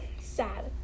sad